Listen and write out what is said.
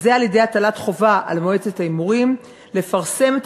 וזה על-ידי הטלת חובה על מועצת ההימורים לפרסם את